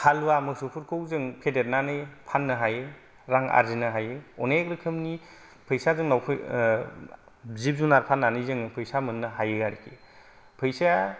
हालुवा मोसौफोरखौ जों फेदेरनानै फाननो हायो रां आरजिनो हायो अनेख रोखोमनि फैसा जिब जुनाद फाननानै फैसा मोननो हायो आरोखि फैसाया